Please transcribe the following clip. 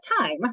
time